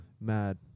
Mad